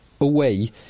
away